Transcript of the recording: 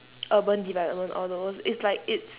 urban development all those it's like it's